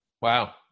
Wow